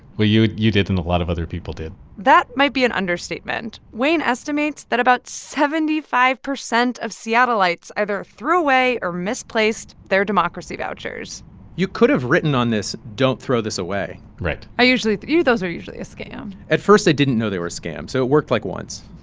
well, you you did, and a lot of other people did that might be an understatement. wayne estimates that about seventy five percent of seattleites either threw away or misplaced their democracy vouchers you could've written on this, don't throw this away right i usually those are usually a scam at first, i didn't know they were a scam, so it worked, like, once.